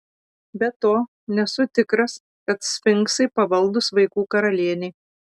be to nesu tikras kad sfinksai pavaldūs vaikų karalienei